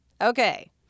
Okay